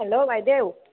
hello বাইদেউ